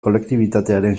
kolektibitatearen